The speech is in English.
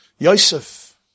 Yosef